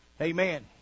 Amen